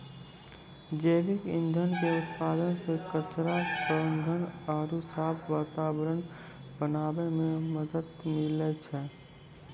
जैविक ईंधन के उत्पादन से कचरा प्रबंधन आरु साफ वातावरण बनाबै मे मदत मिलै छै